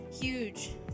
huge